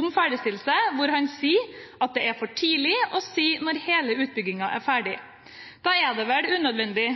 om ferdigstillelse, hvor han sier at det er for tidlig å si når hele utbyggingen er ferdig. Da er det vel unødvendig